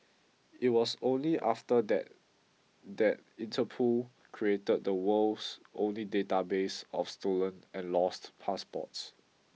it was only after that that Interpol created the world's only database of stolen and lost passports